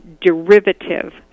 derivative